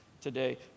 today